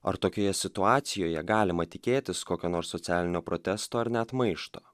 ar tokioje situacijoje galima tikėtis kokio nors socialinio protesto ar net maišto